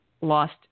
lost